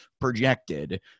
projected